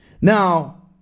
Now